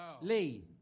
Lee